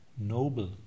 Noble